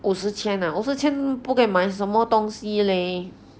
五十千 ah 五十千不可以买什么东西 leh